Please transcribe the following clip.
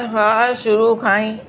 हा शुरू खां ई